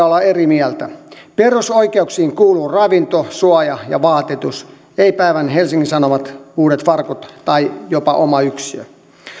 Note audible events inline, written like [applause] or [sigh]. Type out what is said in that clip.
[unintelligible] olla eri mieltä perusoikeuksiin kuuluu ravinto suoja ja vaatetus ei päivän helsingin sanomat uudet farkut tai jopa oma yksiö